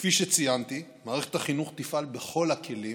כפי שציינתי, מערכת החינוך תפעל בכל הכלים